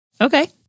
Okay